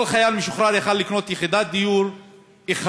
כל חייל משוחרר יכול היה לקנות יחידת דיור אחת,